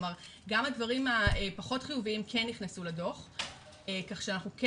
כלומר גם הדברים הפחות חיוביים כן נכנסו לדו"ח כך שאנחנו כן